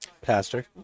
Pastor